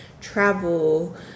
travel